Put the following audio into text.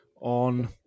on